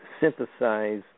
synthesize